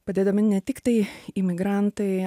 padedami ne tiktai imigrantai